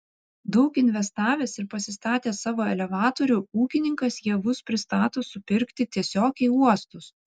daug investavęs ir pasistatęs savo elevatorių ūkininkas javus pristato supirkti tiesiog į uostus